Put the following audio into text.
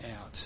out